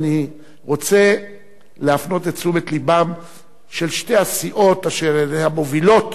ואני רוצה להפנות את תשומת לבן של שתי הסיעות המובילות,